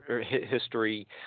history